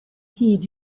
heed